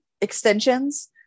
extensions